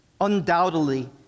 Undoubtedly